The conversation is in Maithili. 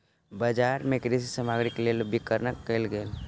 बजार मे कृषि सामग्रीक लेल विपरण कयल गेल